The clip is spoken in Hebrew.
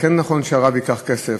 וכן נכון שהרב ייקח כסף,